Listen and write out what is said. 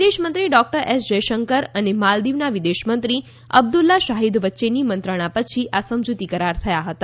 વિદેશમંત્રી doctor S Jaishankar અને માલદીવના વિદેશમંત્રી અબ્દુલા શાહીદ વચ્ચેની મંત્રણા પછી આ સમજૂતી કરાર થયા હતા